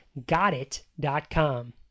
gotit.com